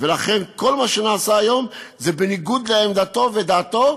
לכן כל מה שנעשה היום זה בניגוד לעמדתו ולדעתו